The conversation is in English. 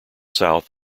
south